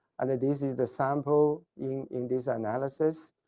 and this is the sample in in this analysis.